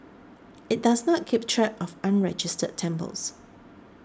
it does not keep track of unregistered temples